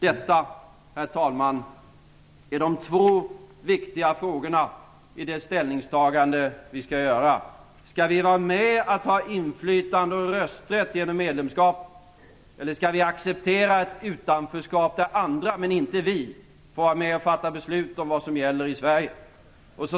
Detta, herr talman, är de två viktiga frågorna i det ställningstagande vi skall göra: Skall vi vara med och ha inflytande och rösträtt genom medlemskapet eller skall vi acceptera ett utanförskap där andra men inte vi får vara med och fatta beslut om vad som gäller i Sverige?